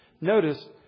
Notice